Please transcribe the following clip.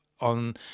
on